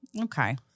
Okay